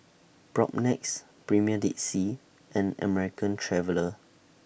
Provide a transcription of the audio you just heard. Propnex Premier Dead Sea and American Traveller